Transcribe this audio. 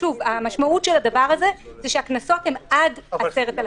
המשמעות של הדבר הזה היא שהקנסות הם עד 10,000 שקלים.